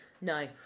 No